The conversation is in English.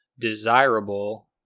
desirable